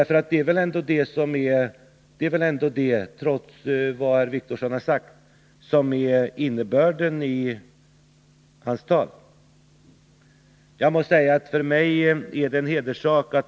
För det är väl ändå det som är innebörden i herr Wictorssons tal?